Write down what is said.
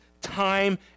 time